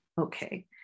okay